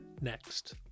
next